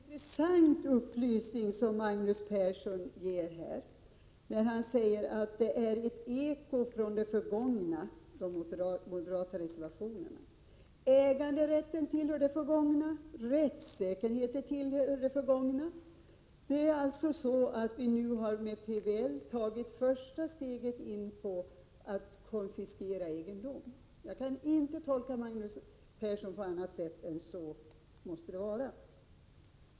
Herr talman! Det är en intressant upplysning som Magnus Persson ger här, när han säger att de moderata reservationerna är ett eko från det förgångna. Äganderätten tillhör det förgångna. Rättssäkerheten tillhör det förgångna. Med PBL har vi alltså tagit första steget mot att konfiskera egendom. Jag kan inte tolka Magnus Perssons uttalande på annat sätt än att så måste det vara.